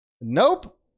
Nope